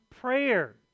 prayer